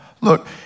Look